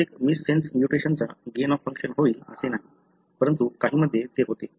प्रत्येक मिससेन्स म्यूटेशनचा gain of function होईल असे नाही परंतु काहींमध्ये ते होते